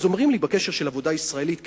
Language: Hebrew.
אז אומרים לי: בקשר לעבודה ישראלית כן,